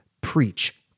preach